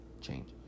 change